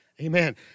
Amen